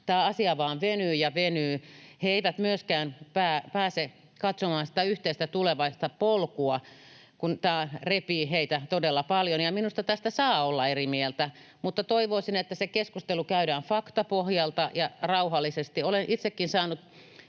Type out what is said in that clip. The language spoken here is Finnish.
tämä asia vain venyy ja venyy. He eivät myöskään pääse katsomaan sitä yhteistä tulevaisuutta ja polkua, kun tämä repii heitä todella paljon. Minusta tästä saa olla eri mieltä, mutta toivoisin, että se keskustelu käydään faktapohjalta ja rauhallisesti. Olen itsekin saanut